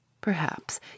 Perhaps